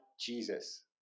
Jesus